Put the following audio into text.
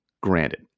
Granted